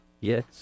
Yes